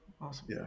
Awesome